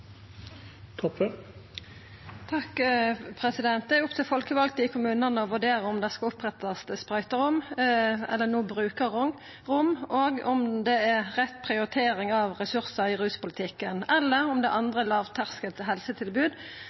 refererte til. Det er opp til dei folkevalde i kommunane å vurdera om det skal opprettast sprøyterom, eller no brukarrom, om det er rett prioritering av ressursar i ruspolitikken, eller om det er andre